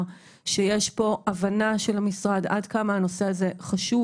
שיש פה הבנה של המשרד עד כמה הנושא הזה חשוב